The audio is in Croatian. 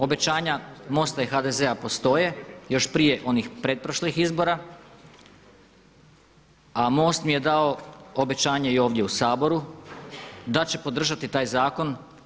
Obećanja MOST-a i HDZ-a postoje još prije onih pretprošlih izbora, a MOST mi je dao obećanje i ovdje u Saboru da će podržati taj zakon.